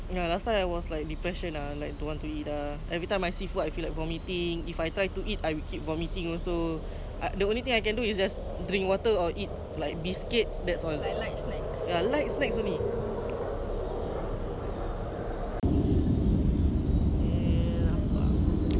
biscuits that's all ya light snacks only ya lah if that's the only way he can let me take license right you know what I'm just gonna do it not just not to eat lah I mean like just be skinny for him to macam okay fine kau dah boleh ambil lesen